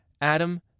Adam